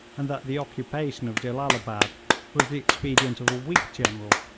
and that the occupation of jellalabad was the expedient of a weak general.